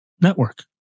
network